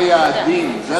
הממשלה תחליט מה הם היעדים,